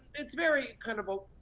it's very kind of a,